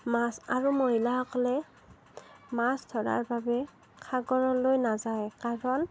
মাছ আৰু মহিলাসকলে মাছ ধৰাৰ বাবে সাগৰলৈ নাযায় কাৰণ